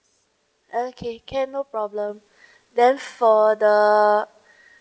okay can no problem then for the